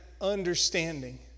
understanding